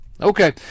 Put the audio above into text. Okay